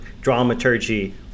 dramaturgy